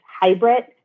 hybrid